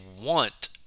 want